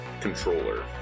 controller